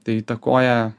tai įtakoja